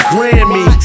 Grammy